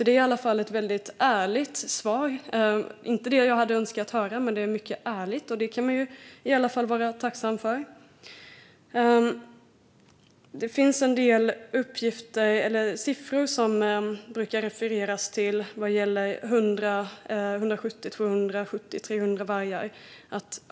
Det är i alla fall ett väldigt ärligt svar - inte ett svar jag hade önskat, men det är mycket ärligt, och det kan man i alla fall vara tacksam för. Det finns en del siffror som det brukar refereras till - 170, 270, 300 vargar.